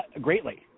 greatly